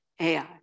AI